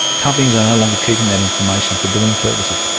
companies are no longer keeping that information for billing purposes,